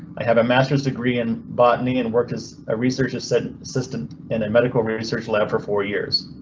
i have a masters degree in botany and work as a researcher, said assistant and a medical research lab for four years.